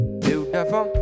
beautiful